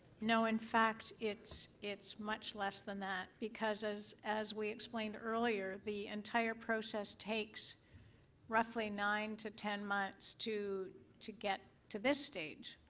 no, in fact, it's it's much less than that because as as we explain explained earlier, the entire process takes roughly nine to ten months to to get to this stage.